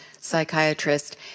psychiatrist